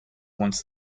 once